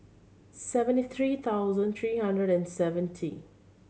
seventy three thousand three hundred and seventy